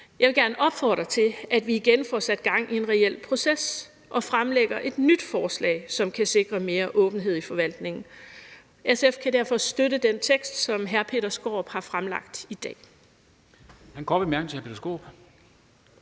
Jeg vil gerne opfordre til, at vi igen får sat gang i en reel proces og fremlægger et nyt forslag, som kan sikre mere åbenhed i forvaltningen. SF kan derfor støtte det forslag til vedtagelse, som hr. Peter Skaarup har fremsat i dag.